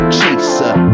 chaser